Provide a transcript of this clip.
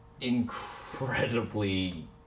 incredibly